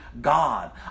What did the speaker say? God